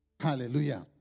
Hallelujah